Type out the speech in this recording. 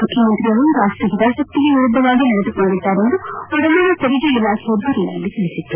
ಮುಖ್ಯಮಂತ್ರಿಯವರು ರಾಷ್ವೀಯ ಹಿತಾಸಕ್ತಿಗೆ ವಿರುದ್ದವಾಗಿ ನಡೆದುಕೊಂಡಿದ್ದಾರೆ ಎಂದು ವರಮಾನ ತೆರಿಗೆ ಇಲಾಖೆ ದೂರಿನಲ್ಲಿ ತಿಳಿಸಿತ್ತು